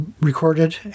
recorded